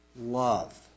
love